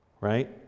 Right